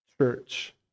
church